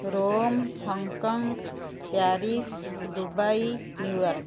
Rome Hong Kong Paris Dubai New York